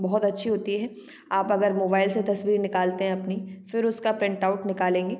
बहुत अच्छी होती है आप अगर मोबाईल से तस्वीर निकालते हैं अपनी फिर उसका प्रिंटआउट निकालेंगे